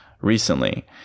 recently